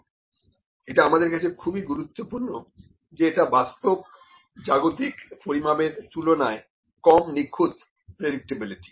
সুতরাং এটা আমাদের কাছে খুবই গুরুত্বপূর্ণ যে এটা বাস্তব জাগতিক পরিমাপের তুলনায় কম নিখুঁত প্রেডিক্টেবিলিটি